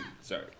Sorry